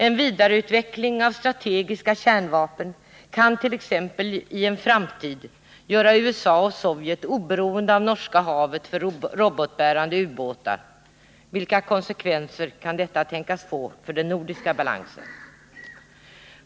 En vidareutveckling av strategiska kärnvapen kan t.ex. i en framtid göra USA och Sovjet oberoende av Norska havet för robotbärande ubåtar — vilka konsekvenser kan detta tänkas få för den nordiska balansen?